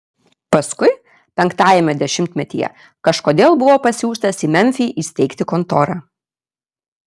paskui penktajame dešimtmetyje kažkodėl buvo pasiųstas į memfį įsteigti kontorą